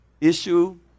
Issue